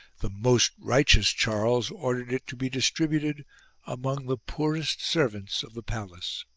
the most righteous charles ordered it to be distributed among the poorest servants of the palace.